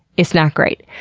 it's not great.